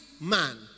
man